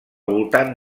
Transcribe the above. voltant